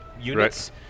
units